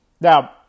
Now